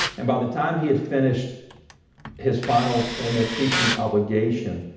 and by the time he had finished his final formal preaching obligation,